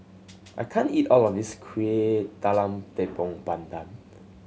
I can't eat all of this Kuih Talam Tepong Pandan